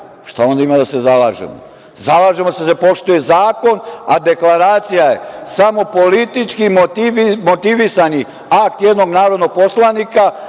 šta onda ima da se zalažemo? Zalažemo se da se poštuje zakon, a deklaracija je samo politički motivisani akt jednog narodnog poslanika